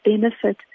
benefit